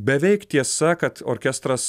beveik tiesa kad orkestras